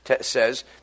says